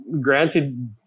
granted